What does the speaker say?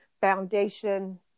foundation